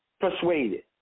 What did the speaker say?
persuaded